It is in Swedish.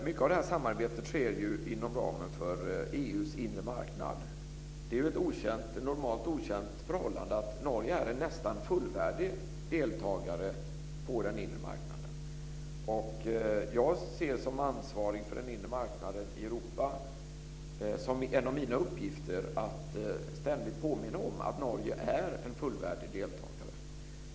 Mycket av samarbetet sker inom ramen för EU:s inre marknad. Det är ett normalt sett okänt förhållande att Norge är en nästan fullvärdig deltagare på den inre marknaden. Jag ser det, som ansvarig för den inre marknaden i Europa, som en av mina uppgifter att ständigt påminna om att Norge är en fullvärdig deltagare.